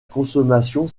consommation